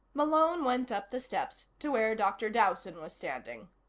malone went up the steps to where dr. dowson was standing.